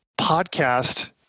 podcast